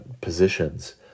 positions